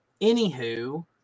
anywho